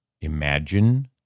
Imagine